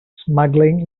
smuggling